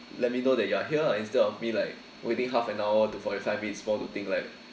let me know that you are here instead of me like waiting half an hour to forty five minutes more to think like